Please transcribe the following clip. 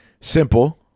Simple